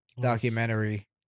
documentary